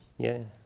yeah,